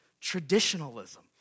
Traditionalism